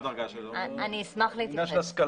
אני אשמח להתייחס.